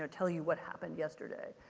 tell you what happened yesterday.